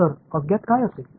तर अज्ञात काय असेल